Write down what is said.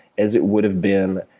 as it would have been,